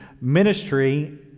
ministry